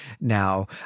now